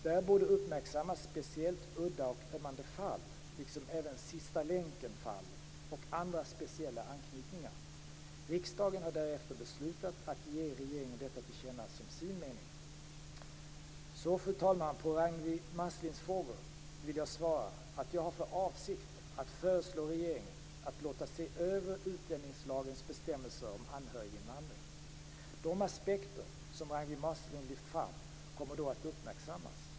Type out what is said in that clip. Där borde uppmärksammas speciellt udda och ömmande fall, liksom även sista-länken-fall och andra speciella anknytningar. Riksdagen har därefter beslutat att ge regeringen detta till känna som sin mening. Fru talman! På Ragnwi Marcelinds frågor vill jag svara att jag har för avsikt att föreslå regeringen att låta se över utlänningslagens bestämmelser om anhöriginvandring. De aspekter som Ragnwi Marcelind lyft fram kommer då att uppmärksammas.